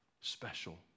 special